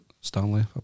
Stanley